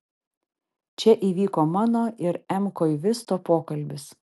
čia įvyko mano ir m koivisto pokalbis